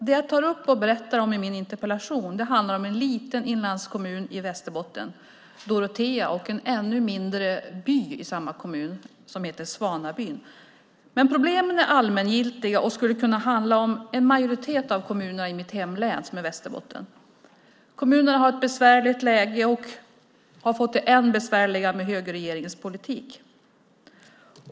Det jag tar upp och berättar om i min interpellation handlar om en liten inlandskommun i Västerbotten, Dorotea, och en ännu mindre by i samma kommun som heter Svanabyn. Men problemen är allmängiltiga och skulle kunna handla om en majoritet av kommunerna i mitt hemlän, som är Västerbotten. Kommunerna har ett besvärligt läge och har fått det ännu besvärligare med högerregeringens politik.